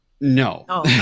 No